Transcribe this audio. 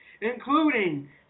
including